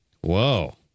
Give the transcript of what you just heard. Whoa